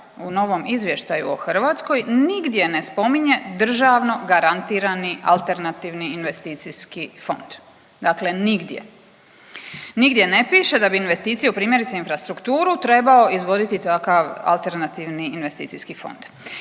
u novom izvještaju o Hrvatskoj nigdje ne spominje državno garantirani alternativni investicijski fond, dakle nigdje. Nigdje ne piše da bi investicije primjerice u infrastrukturu trebao izvoditi takav alternativni investicijski fond.